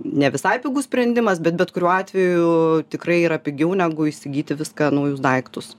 ne visai pigus sprendimas bet bet kuriuo atveju tikrai yra pigiau negu įsigyti viską naujus daiktus